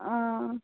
वो